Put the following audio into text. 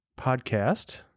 podcast